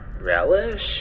relish